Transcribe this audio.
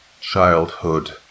Childhood